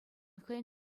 хӑйӗн